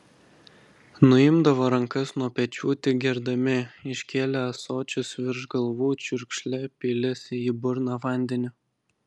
nuimdavo rankas nuo pečių tik gerdami iškėlę ąsočius virš galvų čiurkšle pylėsi į burną vandenį